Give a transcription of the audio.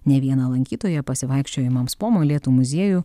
ne vieną lankytoją pasivaikščiojimams po molėtų muziejų